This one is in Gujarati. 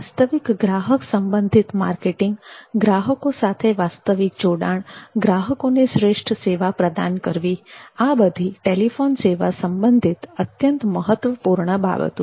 વાસ્તવિક ગ્રાહક સંબંધિત માર્કેટિંગ ગ્રાહકો સાથે વાસ્તવિક જોડાણ ગ્રાહકોને શ્રેષ્ઠ સેવા પ્રદાન કરવી આ બધી ટેલિફોન સેવા સંબંધિત અત્યંત મહત્વપૂર્ણ બાબતો છે